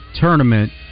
tournament